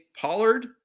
Pollard